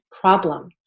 problem